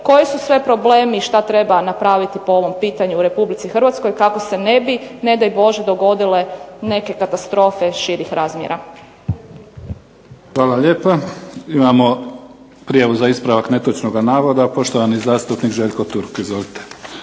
koji su sve problemi i što treba napraviti po ovom pitanju u RH kako se ne bi ne daj Bože dogodile neke katastrofe širih razmjera. **Mimica, Neven (SDP)** Hvala lijepa. Imamo prijavu za ispravak netočnoga navoda, poštovani zastupnik Željko Turk. Izvolite.